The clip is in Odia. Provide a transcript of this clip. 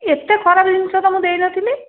ଏତେ ଖରାପ ଜିନିଷ ତ ମୁଁ ଦେଇ ନ ଥିଲି